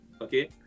Okay